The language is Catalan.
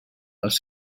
els